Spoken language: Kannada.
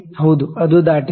ಹೌದು ಅದು ದಾಟಿದೆ